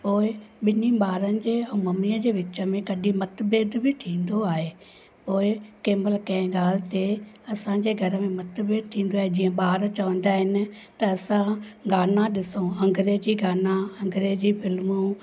ऊअई ॿिनि ॿारनि जे ऐं ममीअ जे विच में कॾहिं मतभेदु बि थींदो आहे पोइ कंहिं महिल कंहिं ॻाल्हि ते असांखे घर में मतभेदु थींदो आहे जीअं ॿार चवंदा आहिनि त असां गाना ॾिसूं अंग्रेजी गाना अंग्रेजी फिल्मूं